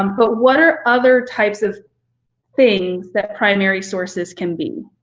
um but what are other types of things that primary sources can be?